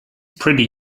pretty